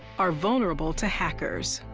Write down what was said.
are vulnerable to hackers.